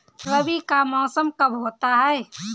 रबी का मौसम कब होता हैं?